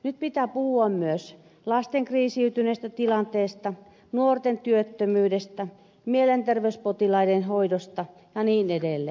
nyt pitää puhua myös lasten kriisiytyneestä tilanteesta nuorten työttömyydestä mielenterveyspotilaiden hoidosta ja niin edelleen